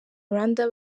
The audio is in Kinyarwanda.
rwanda